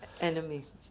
Enemies